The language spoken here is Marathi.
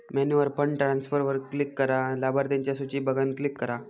मेन्यूवर फंड ट्रांसफरवर क्लिक करा, लाभार्थिंच्या सुची बघान क्लिक करा